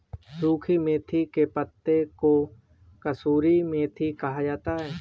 सुखी मेथी के पत्तों को कसूरी मेथी कहा जाता है